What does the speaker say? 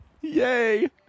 Yay